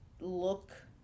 look –